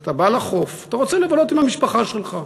אתה בא לחוף, אתה רוצה לבלות עם המשפחה שלך.